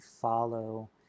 follow